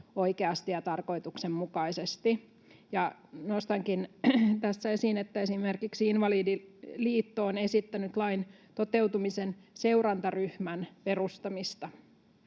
oikeasti ja tarkoituksenmukaisesti, ja nostankin tässä esiin, että esimerkiksi Invalidiliitto on esittänyt lain toteutumisen seurantaryhmän perustamista.